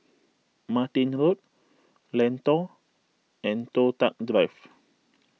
Martin Road Lentor and Toh Tuck Drive